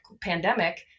pandemic